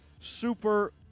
super